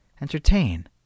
entertain